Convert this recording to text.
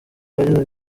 yagize